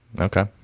okay